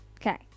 Okay